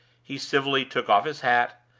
he civilly took off his hat,